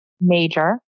major